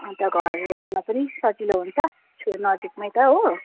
अन्त घर आउन पनि सजिलो हुन्छ छेउ नजिकमै त हो